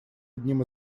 одним